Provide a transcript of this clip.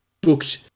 booked